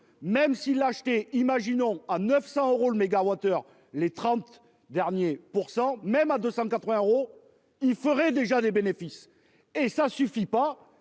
même si l'acheter. Imaginons à 900 euros le mégawattheure. Les 30 derniers pour 100. Même à 280 euros il ferait déjà des bénéfices, et ça suffit pas.